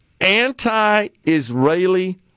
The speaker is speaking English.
anti-Israeli